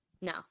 No